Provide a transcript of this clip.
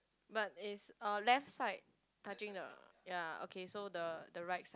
but it's uh left side touching the ya okay so the the right